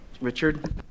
Richard